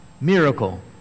miracle